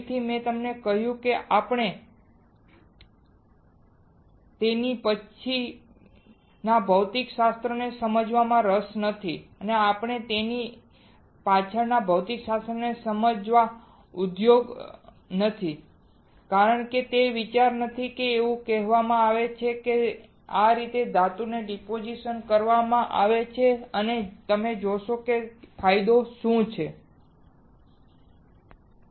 ફરીથી મેં તમને કહ્યું કે આપણને તેની પાછળના ભૌતિકશાસ્ત્રને સમજવામાં રસ નથી આપણે તેની પાછળના ભૌતિકશાસ્ત્રને સમજવા ઉદ્યોગ નથી કારણ કે તે વિચાર નથી એવું કહેવામાં આવે છે કે આ રીતે ધાતુને ડિપોઝિટ કરીને કરવામાં આવે છે અને તમે જોશો કે ફાયદો શું છે